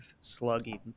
slugging